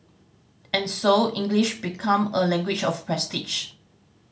and so English become a language of prestige